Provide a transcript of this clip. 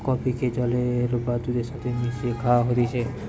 কফিকে জলের বা দুধের সাথে মিশিয়ে খায়া হতিছে